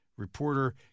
Reporter